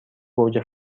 گوجه